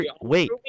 Wait